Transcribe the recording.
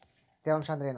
ತೇವಾಂಶ ಅಂದ್ರೇನು?